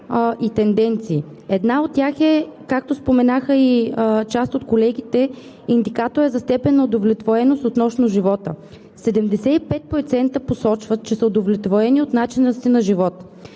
и тенденции. Една от тях е, както споменаха и част от колегите, индикатор за степента на удовлетвореност относно живота – 75% посочват, че са удовлетворени от начина си на живот.